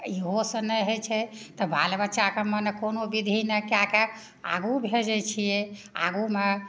आ इहो से नहि होइ छै तऽ बाल बच्चाके मने कोनो बिधि ने कए कऽ आगू भेजै छियै आगू मे